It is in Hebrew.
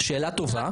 שאלה טובה.